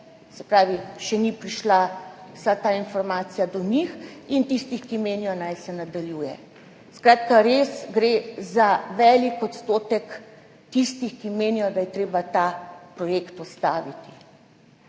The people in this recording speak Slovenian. se pravi še ni prišla ta informacija do njih, in tistih, ki menijo, naj se nadaljuje. Skratka, res gre za velik odstotek tistih, ki menijo, da je treba ta projekt ustaviti.